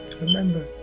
remember